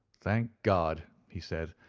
thank god! he said,